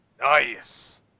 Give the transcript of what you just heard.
Nice